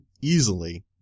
easily